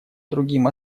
другим